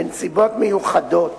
בנסיבות מיוחדות